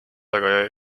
aga